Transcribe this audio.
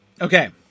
okay